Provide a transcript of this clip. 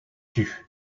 tue